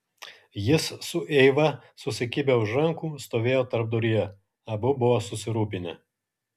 jis su eiva susikibę už rankų stovėjo tarpduryje abu buvo susirūpinę